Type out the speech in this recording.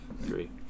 three